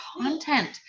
content